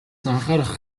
анхаарах